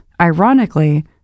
ironically